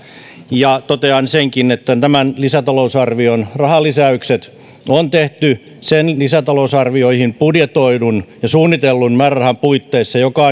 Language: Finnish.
ja totean senkin että tämän lisätalousarvion rahalisäykset on tehty sen lisätalousarvioihin budjetoidun ja suunnitellun määrärahan puitteissa joka